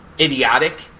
idiotic